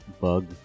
bug